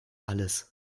alles